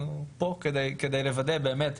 אנחנו פה כדי לוודא באמת,